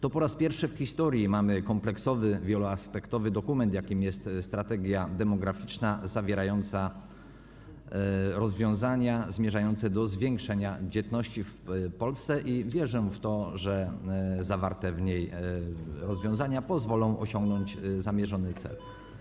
To po raz pierwszy w historii mamy kompleksowy, wieloaspektowy dokument, jakim jest strategia demograficzna zawierająca rozwiązania zmierzające do zwiększenia dzietności w Polsce, i wierzę w to, że zawarte w niej rozwiązania pozwolą osiągnąć zamierzony cel.